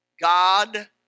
God